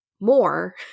more